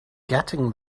getting